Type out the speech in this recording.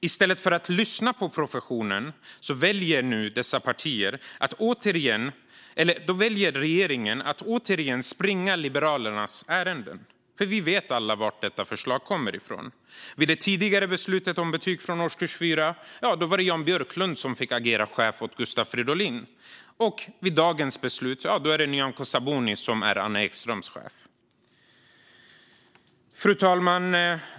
I stället för att lyssna på professionen väljer regeringen att återigen springa Liberalernas ärenden, för vi vet alla var detta förslag kommer ifrån. Vid det tidigare beslutet om betyg från årskurs 4 var det Jan Björklund som fick agera chef åt Gustav Fridolin, och vid dagens beslut är det Nyamko Sabuni som är Anna Ekströms chef. Fru talman!